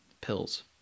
pills